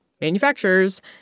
manufacturers